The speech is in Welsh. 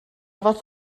fath